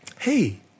hey